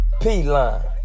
P-Line